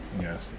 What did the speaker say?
Yes